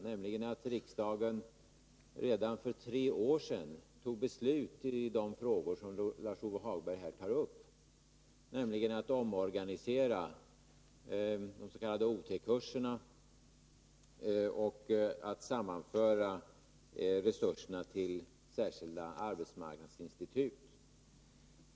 Riksdagen fattade redan för tre år sedan beslut i den fråga som Lars-Ove Hagberg här tar upp, nämligen omorganisationen av de s.k. OT-kurserna och sammanförande av resurserna till särskilda arbetsmarknadsinstitut.